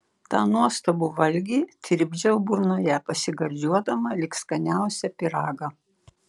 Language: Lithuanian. tą nuostabų valgį tirpdžiau burnoje pasigardžiuodama lyg skaniausią pyragą